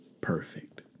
perfect